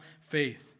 faith